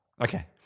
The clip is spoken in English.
Okay